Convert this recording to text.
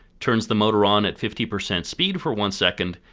turns the motor on at fifty percent speed for one second,